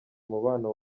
umubano